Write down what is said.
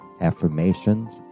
affirmations